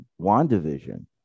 WandaVision